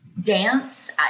dance